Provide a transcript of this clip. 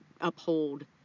uphold